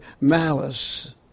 malice